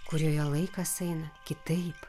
kurioje laikas eina kitaip